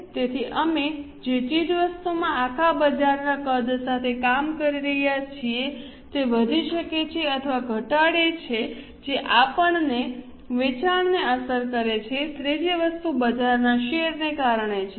તેથી અમે જે ચીજવસ્તુમાં આખા બજારના કદ સાથે કામ કરી રહ્યા છીએ તે વધી શકે છે અથવા ઘટાડે છે જે આપણા વેચાણને અસર કરે છે ત્રીજી વસ્તુ બજારના શેરને કારણે છે